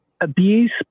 abuse